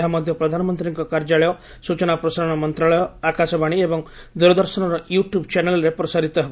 ଏହା ମଧ୍ୟ ପ୍ରଧାନମନ୍ତ୍ରୀଙ୍କ କାର୍ଯ୍ୟାଳୟ ସୂଚନା ପ୍ରସାରଣ ମନ୍ତ୍ରଣାଳୟ ଆକାଶବାଣୀ ଏବଂ ଦୂରଦର୍ଶନର ୟୁଟୁବ୍ ଚ୍ୟାନେଲ୍ରେ ପ୍ରସାରିତ ହେବ